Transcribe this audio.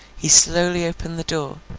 he slowly opened the door,